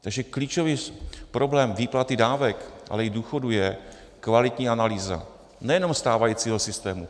Takže klíčový problém výplaty dávek, ale i důchodů je kvalitní analýza nejenom stávajícího systému.